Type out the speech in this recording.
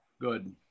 Good